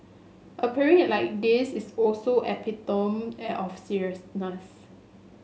a parade like this is also epitome of seriousness